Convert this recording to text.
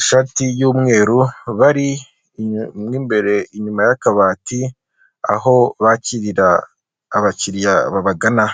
ishati y'umweru bari mo imbere inyuma y'akabati, aho bakirira abakiriya babagana.